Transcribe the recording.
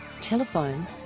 Telephone